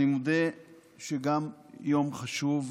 אני מודה שגם יום חשוב עבורי.